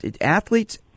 athletes